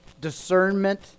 discernment